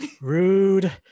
rude